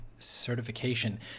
certification